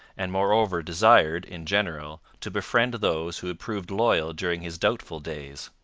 and moreover desired, in general, to befriend those who had proved loyal during his doubtful days.